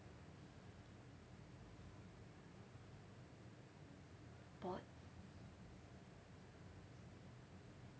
bored